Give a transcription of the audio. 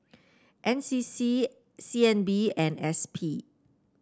N C C C N B and S P